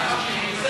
לאחר שהיא מיושמת,